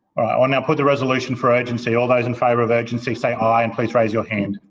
will now put the resolution for urgency. all those in favour of urgency, say aye and please raise your hand.